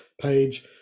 page